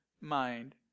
mind